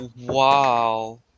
Wow